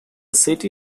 city